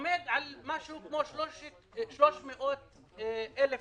עומד על משהו כמו 300,000 דולר.